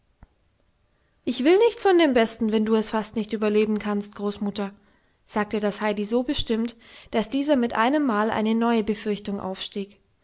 ich will nichts von dem besten wenn du es fast nicht überleben kannst großmutter sagte das heidi so bestimmt daß dieser mit einemmal eine neue befürchtung aufstieg